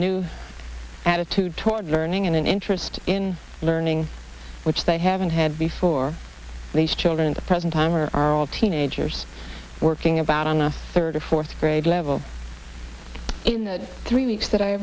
new attitude towards learning and an interest in learning which they haven't had before these children the present time or are all teenagers working about on a third or fourth grade level in the three weeks that i